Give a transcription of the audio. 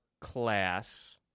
class